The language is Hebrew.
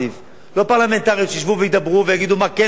לא פרלמנטרית שישבו וידברו ויגידו מה כן ומה לא,